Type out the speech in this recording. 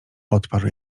odparł